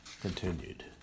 continued